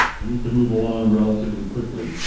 i need to move along relatively quickly.